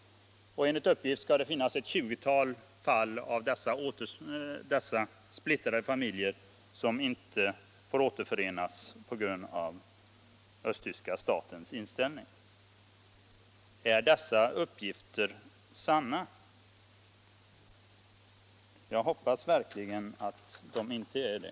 Enligt uppgift skall det finnas ett 20-tal splittrade familjer, som inte får återförenas på grund av östtyska statens inställning. Är dessa uppgifter sanna? Jag hoppas verkligen att de inte är det.